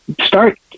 start